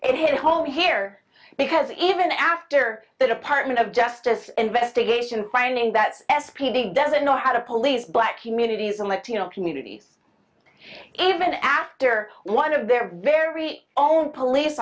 it hit home here because even after the department of justice investigation finding that s p d doesn't know how to police black communities and latino communities even after one of their very own police